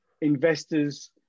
investors